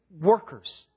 Workers